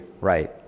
right